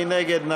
מי נגד?